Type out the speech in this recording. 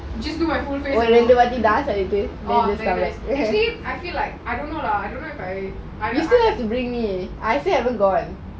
just do my full face actually I feel like I don't know lah